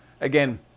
Again